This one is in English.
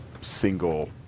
single